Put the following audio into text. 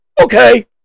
Okay